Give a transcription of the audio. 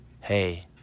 Hey